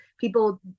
people